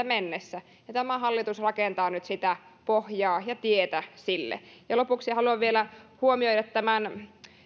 mennessä tämä hallitus rakentaa nyt sitä pohjaa ja tietä sille lopuksi haluan vielä huomioida